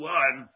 one